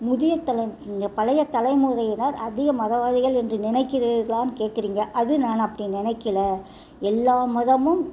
முதிய தலை பழைய தலைமுறையினர் அதிக மதவாதிகள் என்று நினைக்கிறீர்களான்னு கேட்குறீங்க அது நான் அப்படி நினைக்கில எல்லா மதமும்